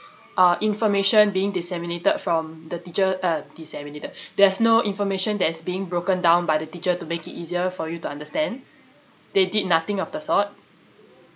uh information being disseminated from the teacher uh disseminated there's no information that is being broken down by the teacher to make it easier for you to understand they did nothing of the sort